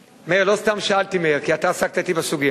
מאיר, לא סתם שאלתי, כי אתה עסקת אתי בסוגיה.